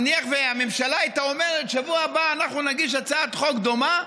נניח שהממשלה הייתה אומרת: בשבוע הבא אנחנו נגיש הצעת חוק דומה,